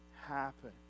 happen